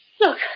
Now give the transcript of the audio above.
Look